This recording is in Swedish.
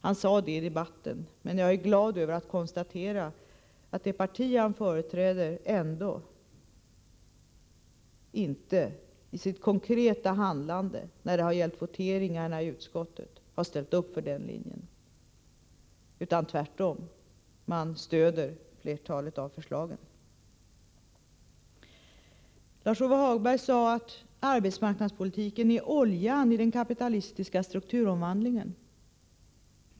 Han sade detta i debatten, men jag är glad över att kunna konstatera att det parti som han företräder ändå inte i sitt konkreta handlande — när det gällt voteringarna i utskottet — har ställt upp på den linjen utan tvärtom stött flertalet av förslagen. Lars-Ove Hagberg sade att arbetsmarknadspolitiken är oljan i den kapitalistiska strukturomvandlingen.